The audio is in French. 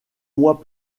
mois